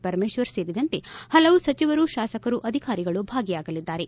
ಪರಮೇಶ್ವರ್ ಸೇರಿದಂತೆ ಹಲವು ಸಚಿವರು ಶಾಸಕರು ಅಧಿಕಾರಿಗಳು ಭಾಗಿಯಾಗಲಿದ್ದಾರೆ